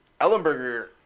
Ellenberger